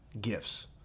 gifts